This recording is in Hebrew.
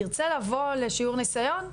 תרצה לבוא לשיעור ניסיון?